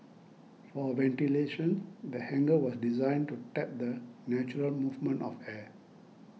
for ventilation the hangar was designed to tap the natural movement of air